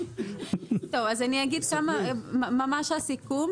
אז אני אגיד ממש את הסיכום,